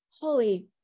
holy